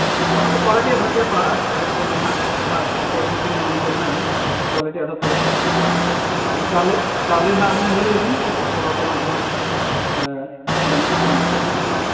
ᱚᱱᱟ ᱫᱚ ᱠᱚᱣᱟᱞᱤᱴᱤ ᱟᱫᱷᱟᱨ ᱛᱮᱜᱮ ᱯᱟᱲᱟᱜᱼᱟ ᱟᱹᱰᱤ ᱨᱚᱠᱚᱢ ᱜᱮᱱᱟᱜ ᱡᱟᱦᱟᱸ ᱮᱠ ᱰᱩ ᱛᱤᱱ ᱱᱚᱢᱵᱚᱨ ᱢᱮᱱᱟᱜᱼᱟ ᱠᱚᱣᱟᱞᱤᱴᱤ ᱟᱫᱷᱟᱨ ᱛᱮᱜᱮ ᱯᱟᱲᱟᱜᱼᱟ ᱦᱮᱸᱥᱮ ᱟᱨ ᱪᱟᱣᱞᱮ ᱪᱟᱣᱞᱮ ᱦᱟᱸᱜ ᱟᱵᱤᱱ ᱧᱮᱞ ᱞᱮᱵᱤᱱ ᱥᱮᱨᱚᱠᱚᱢ ᱵᱷᱟᱵᱽ ᱛᱮ ᱚᱱᱟ ᱫᱚ ᱦᱟᱸᱜ ᱜᱟᱱᱚᱜᱼᱟ ᱠᱚᱢ ᱵᱤᱥᱤ ᱦᱮᱸ